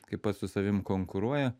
kaip pats su savim konkuruoja